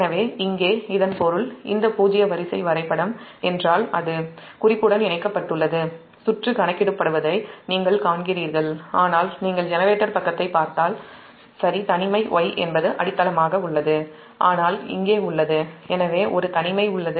எனவே இங்கே இதன் பொருள் இந்த பூஜ்ஜிய வரிசை வரைபடம் என்றால் அது குறிப்புடன் இணைக்கப்பட்டுள்ளது சுற்று கணக்கிடப்படுவதை நீங்கள் காண்கிறீர்கள் ஆனால் நீங்கள் ஜெனரேட்டர் பக்கத்தைப் பார்த்தால் தனிமை Y என்பது அடித்தளமாக உள்ளது ஆனால் இங்கே உள்ளது எனவே ஒரு தனிமை உள்ளது